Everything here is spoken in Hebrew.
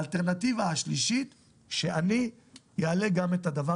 האלטרנטיבה השלישית שאני אעלה את הדבר